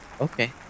Okay